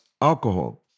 alcohol